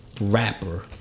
rapper